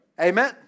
Amen